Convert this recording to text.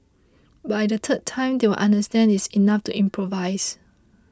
by the third time they will understand it's enough to improvise